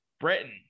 Britain